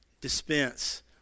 dispense